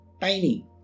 tiny